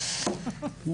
אני